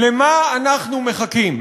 "לְמה אנחנו מחכים?